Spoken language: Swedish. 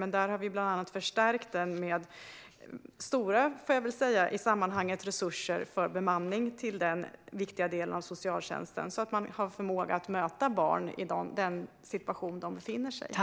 Vi har bland annat förstärkt denna viktiga del av socialtjänsten med i sammanhanget stora resurser till bemanning, så att man har förmåga att möta barn i den situation de befinner sig i.